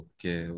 Okay